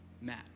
Matt